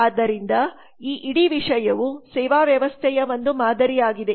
ಆದ್ದರಿಂದ ಈ ಇಡೀ ವಿಷಯವು ಸೇವಾ ವ್ಯವಸ್ಥೆಯ ಒಂದು ಮಾದರಿಯಾಗಿದೆ